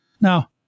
Now